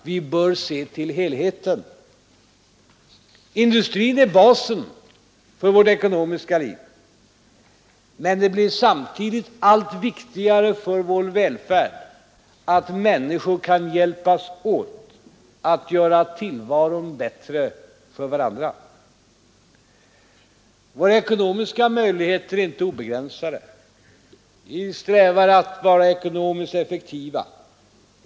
Vi bör i stället se till helheten. Industrin är basen för vårt lands ekonomiska liv. Men det blir samtidigt allt viktigare för vår välfärd att människor kan hjälpas åt att göra tillvaron bättre för varandra. Våra ekonomiska möjligheter är inte obegränsade. Vi strävar efter ekonomisk effektivitet.